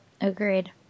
Agreed